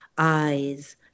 Eyes